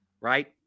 right